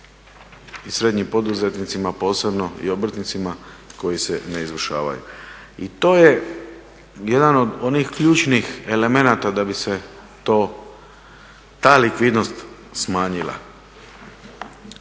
i srednjim poduzetnicima posebno i obrtnicima koji se ne izvršavaju. I to je jedan od onih ključnih elementa da bi se to, ta likvidnost smanjila.